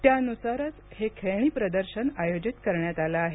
त्यानुसारच हे खेळणी प्रदर्शन आयोजित करण्यात आलं आहे